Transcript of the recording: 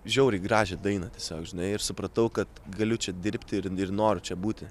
žiauriai gražią dainą tiesiog žinai ir supratau kad galiu čia dirbti ir noriu čia būti